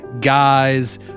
guys